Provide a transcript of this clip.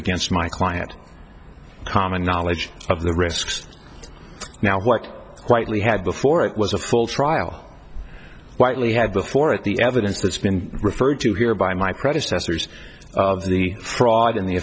against my client common knowledge of the risks now what quitely had before it was a full trial whitely had before at the evidence that's been referred to here by my predecessors of the fraud in the